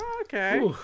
Okay